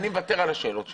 אני מוותר על השאלות שלי,